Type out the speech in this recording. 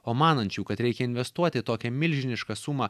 o manančių kad reikia investuoti tokią milžinišką sumą